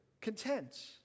content